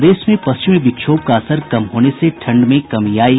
प्रदेश में पश्चिमी विक्षोभ का असर कम होने से ठंड में कमी आयी